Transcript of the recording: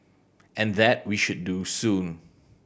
and that we should do soon